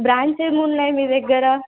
brands ఏమున్నాయి మీ దగ్గర